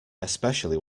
especially